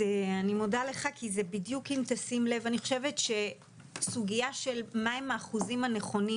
אני חושבת שסוגיה של מה הם האחוזים הנכונים